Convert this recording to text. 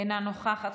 אינה נוכחת,